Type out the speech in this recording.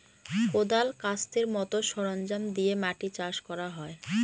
কোঁদাল, কাস্তের মতো সরঞ্জাম দিয়ে মাটি চাষ করা হয়